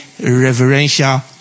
reverential